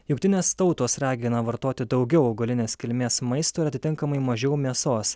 jungtinės tautos ragina vartoti daugiau augalinės kilmės maisto ir atitinkamai mažiau mėsos